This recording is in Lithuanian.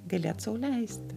galėt sau leisti